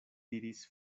diris